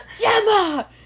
Gemma